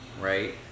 right